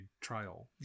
trial